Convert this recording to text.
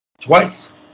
twice